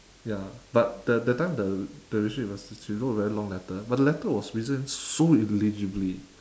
ya but the that time the relationship was she wrote a very long letter but the letter was written so illegibly